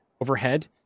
overhead